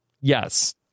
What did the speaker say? yes